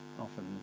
often